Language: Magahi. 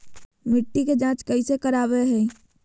मिट्टी के जांच कैसे करावय है?